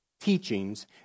teachings